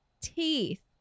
teeth